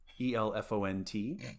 E-L-F-O-N-T